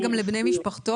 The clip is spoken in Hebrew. האם גם לבני משפחתו,